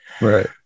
Right